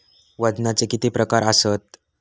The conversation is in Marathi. वजनाचे किती प्रकार आसत?